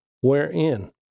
wherein